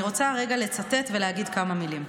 אני רוצה רגע לצטט ולהגיד כמה מילים: